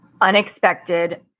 unexpected